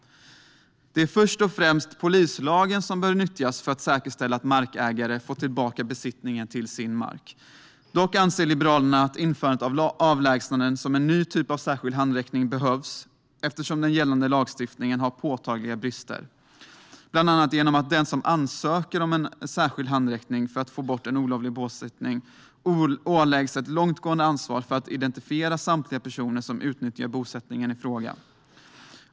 Det är först och främst polislagen som bör nyttjas för att säkerställa att markägare får tillbaka besittningen till sin mark. Dock anser Liberalerna att införandet av avlägsnanden som en ny typ av särskild handräckning behövs eftersom den gällande lagstiftningen har påtagliga brister, bland annat genom att den som ansöker om särskild handräckning för att få bort en olovlig bosättning åläggs ett långtgående ansvar att identifiera samtliga personer som utnyttjar bosättningen i fråga.